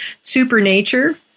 supernature